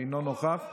אינו נוכח.